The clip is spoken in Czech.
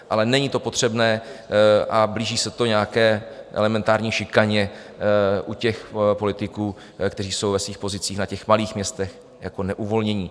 Ale není to potřebné a blíží se to nějaké elementární šikaně u politiků, kteří jsou ve svých pozicích na malých městech jako neuvolnění.